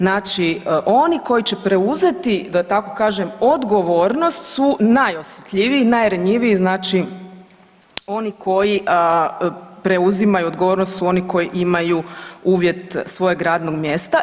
Znači oni koji će preuzeti da tako kažem odgovornost su najosjetljiviji, najranjiviji, znači oni koji preuzimaju odgovornost su oni koji imaju uvjet svojeg radnog mjesta.